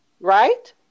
Right